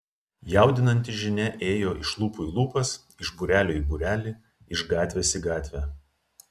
jaudinanti žinia ėjo iš lūpų į lūpas iš būrelio į būrelį iš gatvės į gatvę